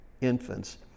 infants